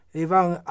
evang